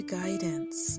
guidance